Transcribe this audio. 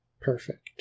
Perfect